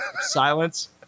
silence